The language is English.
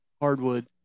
hardwood